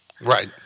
Right